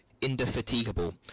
indefatigable